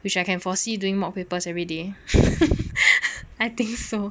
which I can foresee during mock papers every day I think so